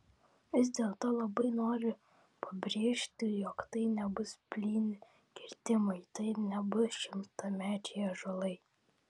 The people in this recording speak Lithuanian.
vis dėlto labai noriu pabrėžti jog tai nebus plyni kirtimai tai nebus šimtamečiai ąžuolai